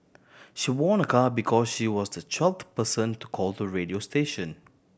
she won a car because she was the twelfth person to call the radio station